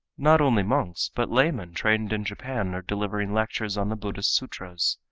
not only monks, but laymen trained in japan are delivering lectures on the buddhist sutras.